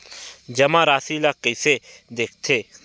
जमा राशि ला कइसे देखथे?